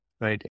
right